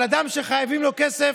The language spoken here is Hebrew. אבל אדם שחייבים לו כסף,